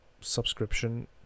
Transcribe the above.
subscription